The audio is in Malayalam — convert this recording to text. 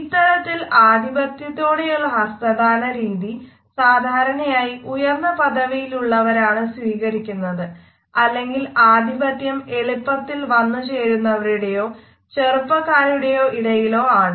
ഇത്തരത്തിൽ അധിപത്യത്തോടെയുള്ള ഹസ്തദാനരീതി സാധാരണയായി ഉയർന്ന പദവിയിലുള്ളവരാണ് സ്വീകരിക്കുന്നത് അല്ലെങ്കിൽ ആധിപത്യം എളുപ്പത്തിൽ വന്നുചേരുന്നവരുടെയോ ചെറുപ്പകാരുടെ ഇടയിലോ ആണ്